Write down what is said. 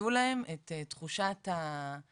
יהיו להם את תחושת השייכות,